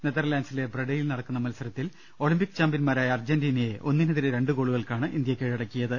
Netherland സിലെ ബ്രഡയിൽ നടക്കുന്ന മത്സരത്തിൽ ഒളിമ്പിക് ചാമ്പ്യൻമാരായ അർജന്റീനയെ ഒന്നിനെതിരെ രണ്ടു ഗോളുകൾക്കാണ് ഇന്ത്യ കീഴടക്കിയത്